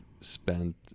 spent